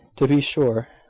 to be sure.